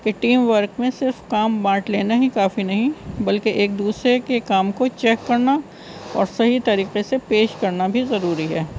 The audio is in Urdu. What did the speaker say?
کہ ٹیم ورک میں صرف کام بانٹ لینا ہی کافی نہیں بلکہ ایک دوسرے کے کام کو چیک کرنا اور صحیح طریقے سے پیش کرنا بھی ضروری ہے